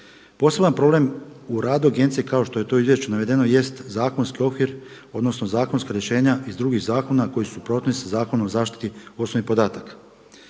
Poseban problem u radu agencije kao što je to u izvješću navedeno jest zakonski okvir, odnosno zakonska rješenja iz drugih zakona koji su u suprotnosti sa Zakonom o zaštiti osobnih podataka.